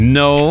no